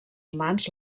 humans